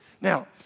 Now